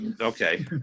Okay